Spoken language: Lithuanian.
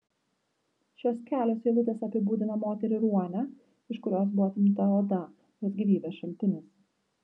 šios kelios eilutės apibūdina moterį ruonę iš kurios buvo atimta oda jos gyvybės šaltinis